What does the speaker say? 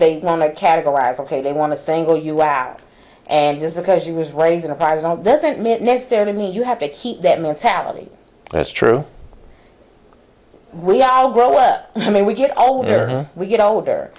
they want to categorize ok they want to single you out and just because she was raised in a parent doesn't necessarily mean you have to keep that mentality that's true we are all grow up i mean we get older we get older